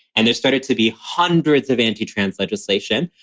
and they started to be hundreds of anti-trans legislation.